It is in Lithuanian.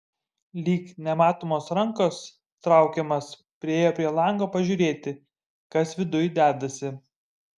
lyg nematomos rankos traukiamas priėjo prie lango pažiūrėti kas viduj dedasi